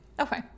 Okay